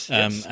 Yes